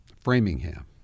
Framingham